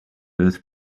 birth